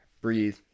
breathe